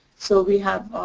so we have,